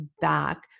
back